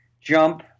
jump